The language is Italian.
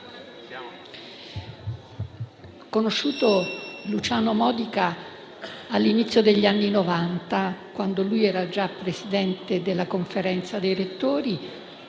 ho conosciuto Luciano Modica all'inizio degli anni Novanta, quando era già presidente della Conferenza dei rettori